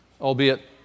Albeit